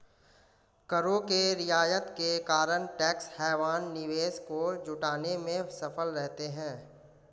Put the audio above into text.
करों के रियायत के कारण टैक्स हैवन निवेश को जुटाने में सफल रहते हैं